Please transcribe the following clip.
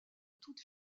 toute